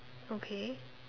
okay